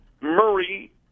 Murray